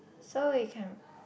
so we can